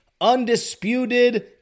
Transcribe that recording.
undisputed